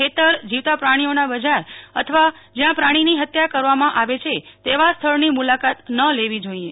ખેતર જીવતા પ્રાણીઓના બજાર અથવા જયાં પ્રાણીની હત્યા કરવામાં આવે છે તેવા સ્લોટરની મુલાકાત ત્યજવી જોઇએ